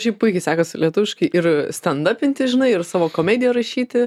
šiaip puikiai sekasi lietuviškai ir stendapinti žinai ir savo komediją rašyti